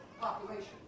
population